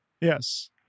Yes